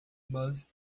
mas